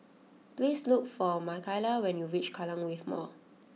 please look for Makaila when you reach Kallang Wave Mall